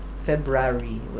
February